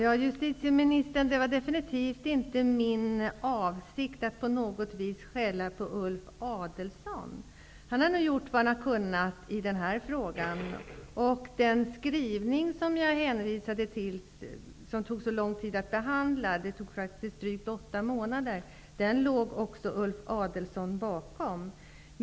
Fru talman! Det var definitivt inte min avsikt att på något vis skälla på Ulf Adelsohn, justitieministern. Han har nog gjort vad han har kunnat i den här frågan. Den skrivning jag hänvisade till och som tog så lång tid att behandla -- det tog faktiskt drygt åtta månader -- låg också Ulf Adelsohn bakom.